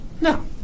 No